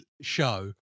show